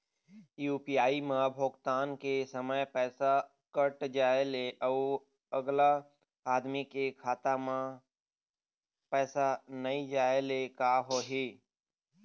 UPI म भुगतान के समय पैसा कट जाय ले, अउ अगला आदमी के खाता म पैसा नई जाय ले का होही?